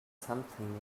something